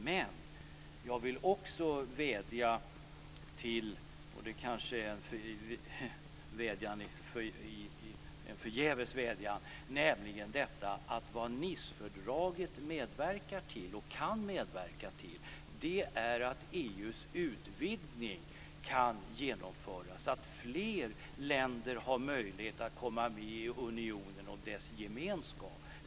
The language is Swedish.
Men jag vill också vädja, och det kanske jag gör förgäves, om detta att vad Nicefördraget medverkar till, och kan medverka till, är att EU:s utvidgning kan genomföras så att fler länder har möjlighet att komma med i unionen och dess gemenskap.